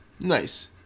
Nice